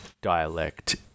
dialect